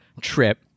trip